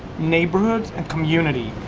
neighborhoods and communities.